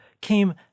came